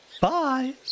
Bye